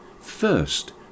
First